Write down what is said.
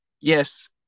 yes